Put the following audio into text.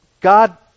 God